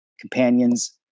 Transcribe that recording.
companions